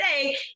say